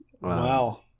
Wow